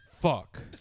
Fuck